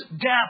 death